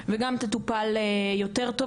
וגם תטופל יותר טוב,